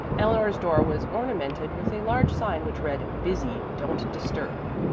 eleanor's door was ornamented with a large sign which read, busy. don't disturb.